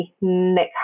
Nick